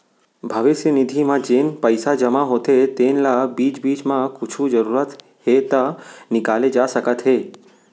भविस्य निधि म जेन पइसा जमा होथे तेन ल बीच बीच म कुछु जरूरत हे त निकाले जा सकत हे